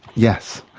yes.